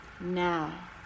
now